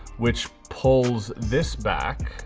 which pulls this back,